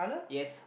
yes